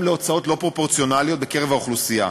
להוצאות לא פרופורציונליות בקרב האוכלוסייה.